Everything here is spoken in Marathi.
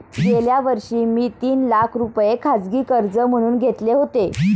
गेल्या वर्षी मी तीन लाख रुपये खाजगी कर्ज म्हणून घेतले होते